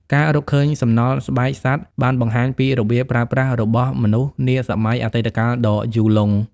ការរកឃើញសំណល់ស្បែកសត្វបានបង្ហាញពីរបៀបប្រើប្រាស់របស់មនុស្សនាសម័យអតីតកាលដ៏យូរលង់។